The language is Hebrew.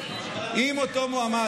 אם אותו מועמד,